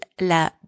la